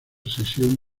sesión